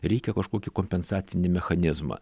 reikia kažkokį kompensacinį mechanizmą